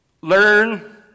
Learn